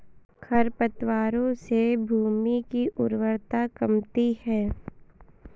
खरपतवारों से भूमि की उर्वरता कमती है